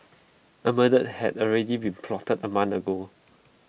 A murder had already been plotted A month ago